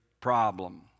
problem